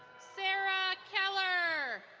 sarah keller.